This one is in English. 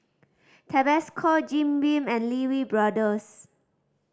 Tabasco Jim Beam and Lee Wee Brothers